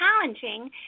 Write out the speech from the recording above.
challenging